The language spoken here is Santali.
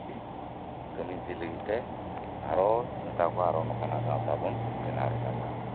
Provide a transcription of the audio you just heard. ᱱᱚᱝᱠᱟ ᱠᱟᱹᱢᱤ ᱤᱫᱤ ᱞᱟᱹᱜᱤᱫᱛᱮ ᱟᱨ ᱢᱮᱛᱟ ᱠᱚᱣᱟ ᱚᱱᱠᱟᱱᱟᱜ ᱜᱟᱶᱛᱟ ᱵᱚᱱ ᱵᱮᱱᱟᱣ ᱨᱟᱠᱟᱵᱟ